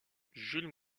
jules